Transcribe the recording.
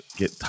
get